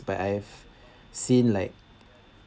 but I've seen like